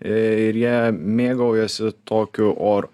ir jie mėgaujasi tokiu oru